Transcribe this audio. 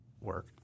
work